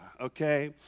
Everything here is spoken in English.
okay